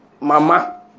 mama